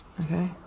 okay